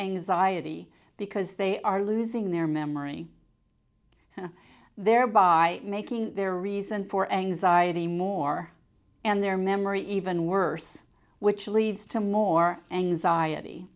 anxiety because they are losing their memory and thereby making their reason for anxiety more and their memory even worse which leads to more anxiety